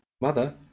Mother